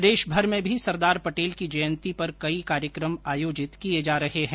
प्रदेशमर में भी सरदार पटेल की जयंती पर कई कार्यक्रम आयोजित किए जा रहे है